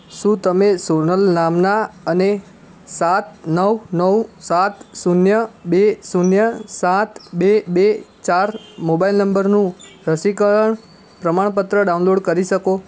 શું તમે સોનલ નામના અને સાત નવ નવ સાત શૂન્ય બે શૂન્ય સાત બે બે ચાર મોબાઈલ નંબરનું રસીકરણ પ્રમાણપત્ર ડાઉનલોડ કરી શકો